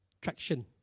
traction